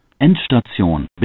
Endstation